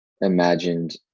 imagined